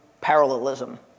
parallelism